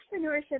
entrepreneurship